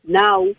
now